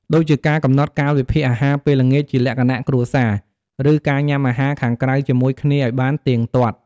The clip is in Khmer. ដូចជាការកំណត់កាលវិភាគអាហារពេលល្ងាចជាលក្ខណៈគ្រួសារ ឬការញ៉ាំអាហារខាងក្រៅជាមួយគ្នាឱ្យបានទៀងទាត់។